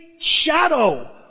Shadow